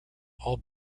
all